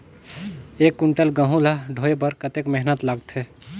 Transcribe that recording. एक कुंटल गहूं ला ढोए बर कतेक मेहनत लगथे?